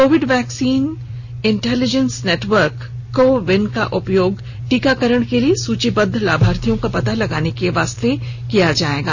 Covid vaccine intelligence network CoWIN का उपयोग टीकाकरण के लिए सूचीबद्ध लाभार्थियों का पता लगाने के लिए किया जाएगा